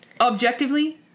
objectively